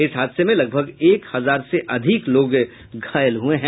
इस हादसे में लगभग एक हजार से अधिक लोग घायल हुये हैं